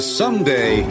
someday